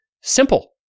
Simple